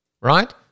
right